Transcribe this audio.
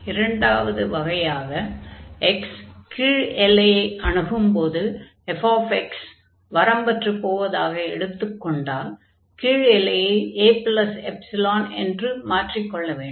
இரண்டாவது வகையாக x கீழ் எல்லையை அணுகும் போது fx வரம்பற்றுப் போவதாக எடுத்துக் கொண்டால் கீழ் எல்லையை aϵ என்று மாற்றிக் கொள்ள வேண்டும்